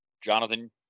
Jonathan